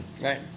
Right